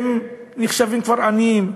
הם נחשבים כבר עניים.